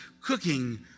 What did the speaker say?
cooking